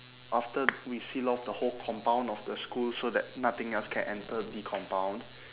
after we seal off the whole compound of the school so that nothing else can enter the compound